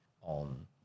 on